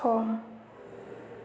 सम